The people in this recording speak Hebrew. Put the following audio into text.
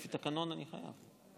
לפי התקנון, אני חייב.